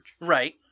Right